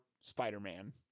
Spider-Man